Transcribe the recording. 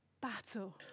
battle